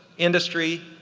industry,